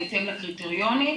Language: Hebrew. בהתאם לקריטריונים,